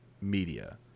media